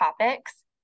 topics